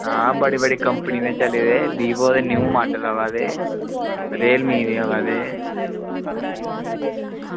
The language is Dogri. आं बड़ी बड़ी कंपनी दे चले दे वीवो दे न्यू मॉडल आवा दे रियलमी दे आवा दे